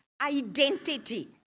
identity